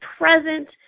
present